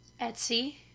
Etsy